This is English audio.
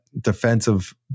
defensive